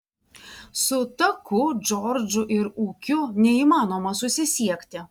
su taku džordžu ir ūkiu neįmanoma susisiekti